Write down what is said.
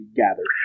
gather